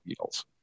Beatles